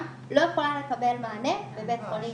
לא יכולה לקבל מענה בבית חולים מסוים.